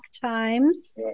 Times